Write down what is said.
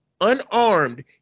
unarmed